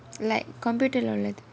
like computer leh உள்ளது:ullathu